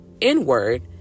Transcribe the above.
inward